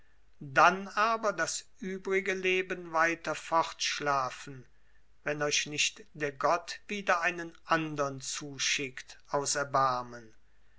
dann aber das übrige leben weiter fortschlafen wenn euch nicht der gott wieder einen andern zuschickt aus erbarmen